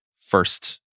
first